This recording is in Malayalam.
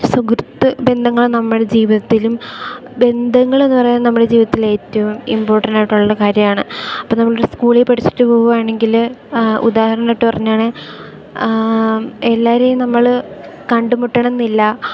സുഹൃത്ത് ബന്ധങ്ങൾ നമ്മുടെ ജീവിതത്തിലും ബന്ധങ്ങളെന്നു പറയാൻ നമ്മുടെ ജീവിതത്തിൽ ഏറ്റവും ഇമ്പോർട്ടൻ്റ് ആയിട്ടുള്ളൊരു കാര്യമാണ് അപ്പോൾ നമ്മളൊരു സ്കൂളിൽ പഠിച്ചിട്ട് പോവുകയാണെങ്കിൽ ഉദാഹരണമായിട്ട് പറഞ്ഞതാണ് എല്ലാവരെയും നമ്മൾ കണ്ടുമുട്ടണം എന്നില്ല